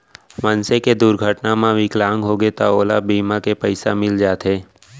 मनसे के दुरघटना म बिकलांग होगे त ओला बीमा के पइसा मिल जाथे